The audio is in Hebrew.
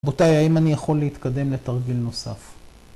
רבותיי, האם אני יכול להתקדם לתרגיל נוסף?